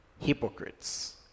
Hypocrites